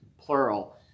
plural